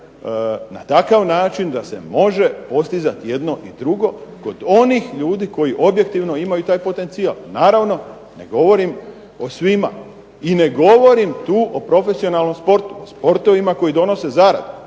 na takav način da se može postizat jedno i drugo kod onih ljudi koji objektivno imaju taj potencijal. Naravno, ne govorim o svima i ne govorim tu o profesionalnom sportu, sportovima koji donose zaradu